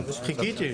חיכיתי.